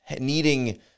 needing